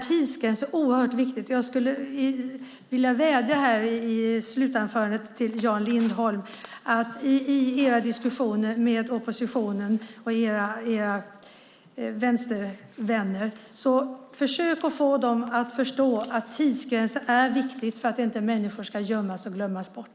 Tidsgränser är oerhört viktiga. Jag vädjar i slutanförandet till Jan Lindholm att i era diskussioner med oppositionen och era vänstervänner försöka få dem att förstå att tidsgränser är viktiga för att människor inte ska gömmas och glömmas bort.